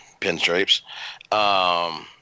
pinstripes